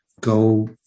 go